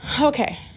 Okay